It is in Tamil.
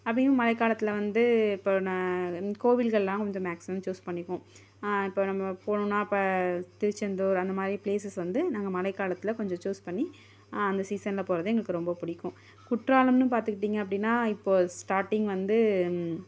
அப்படியும் மழைக்காலத்தில் வந்து இப்போ நான் கோவில்கள்லாம் வந்து மேக்ஸிமம் சூஸ் பண்ணிப்போம் இப்போ நம்ம போனோம்ன்னா இப்போ திருச்செந்தூர் அந்த மாதிரி பிலேசஸ் வந்து இந்த மழைக்காலத்தில் கொஞ்சம் சூஸ் பண்ணி அந்த சீசனில் போறதே எங்களுக்கு ரொம்ப பிடிக்கும் குற்றாலம்ன்னு பார்த்துக்கிட்டிங்க அப்படினா இப்போ ஸ்டார்ட்டிங் வந்து